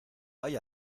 hay